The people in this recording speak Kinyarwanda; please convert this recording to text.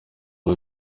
ubu